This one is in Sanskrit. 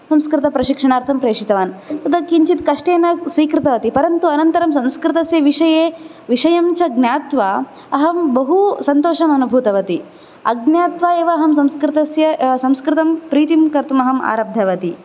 संस्कृतप्रशिक्षणार्थं प्रेषितवान् तदा किञ्चित् कष्टेन स्वीकृतवती परन्तु अनन्तरं संस्कृतस्य विषये विषयं च ज्ञात्वा अहं बहु सन्तोषम् अनुभूतवती अज्ञात्वा एव अहं संस्कृतस्य संस्कृतं प्रीतिं कर्तुम् आरब्धवती